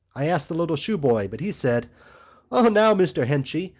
i asked the little shoeboy, but he said oh, now, mr. henchy,